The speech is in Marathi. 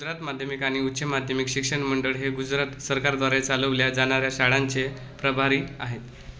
गुजरात माध्यमिक आणि उच्च माध्यमिक शिक्षण मंडळ हे गुजरात सरकारद्वारे चालवल्या जाणाऱ्या शाळांचे प्रभारी आहेत